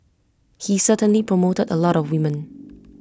he certainly promoted A lot of women